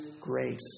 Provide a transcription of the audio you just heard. grace